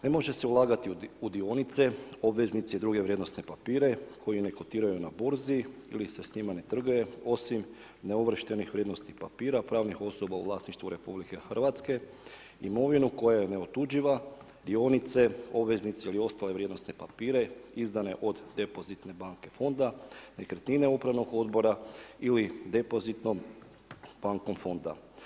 Ne može se ulagati u dionice, obveznice i druge vrijednosne papire koji ne kotiraju na burzi ili se s njima ne trguje osim … vrijednosnih papira, pravnih osoba u vlasništvu RH, imovinu koja je neutuđiva, dionice, obveznice ili ostale vrijednosne papire izdane od depozitne banke fonda, nekretnine upravnog odbora ili depozitnom bankom fonda.